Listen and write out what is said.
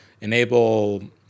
enable